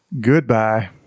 Goodbye